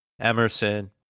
Emerson